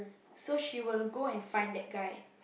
so she will go and find that guy